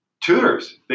tutors